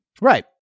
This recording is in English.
Right